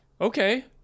okay